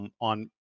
on